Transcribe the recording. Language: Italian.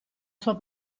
sua